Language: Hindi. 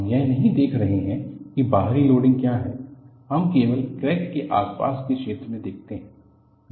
हम यह नहीं देख रहे हैं कि बाहरी लोडिंग क्या है हम केवल क्रैक के आसपास के क्षेत्र में देखते हैं